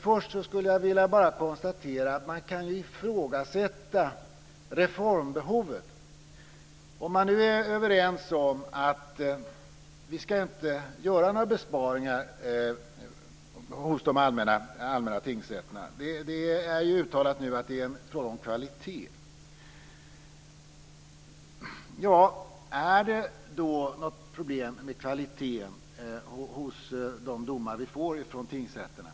Först skulle jag bara vilja konstatera att man kan ifrågasätta reformbehovet. Låt oss säga att man nu är överens om att vi inte ska göra några besparingar på de allmänna tingsrätterna - det är ju uttalat nu att det är fråga om kvalitet. Är det då något problem med kvaliteten på de domar som vi får från tingsrätterna?